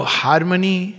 harmony